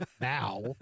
Now